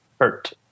hurt